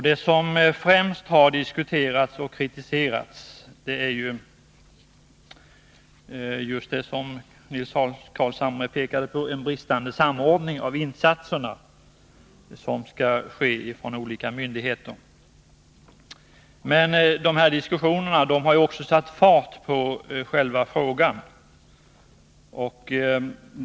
Det som främst har diskuterats och kritiserats är just det som Nils Carlshamre pekade på, en bristande samordning av insatserna från olika myndigheters sida. Dessa diskussioner har emellertid satt fart på arbetet med den här frågan.